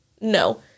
No